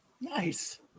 Nice